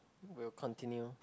will continue